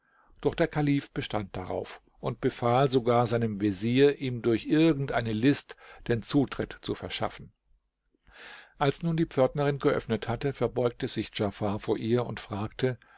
doch der kalif bestand darauf und befahl sogar seinem vezier ihm durch irgend eine list den zutritt zu verschaffen als nun die pförtnerin geöffnet hatte verbeugte sich djafar vor ihr und fragte